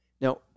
Now